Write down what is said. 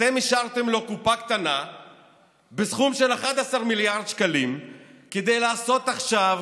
אתם אישרתם לו קופה קטנה בסכום של 11 מיליארד שקלים כדי לעשות עכשיו